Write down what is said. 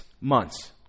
months